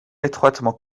étroitement